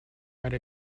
write